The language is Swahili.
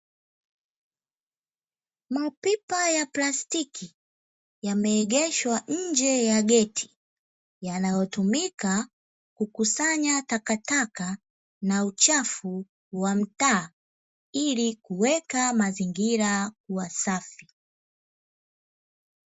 Mapipa ya plastiki yameegeshwa nje ya geti, yanayotumika kukusanya takataka na uchafu wa mtaa ili kuweka mazingira kuwa wasafi.